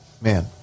man